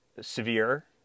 severe